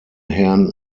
herrn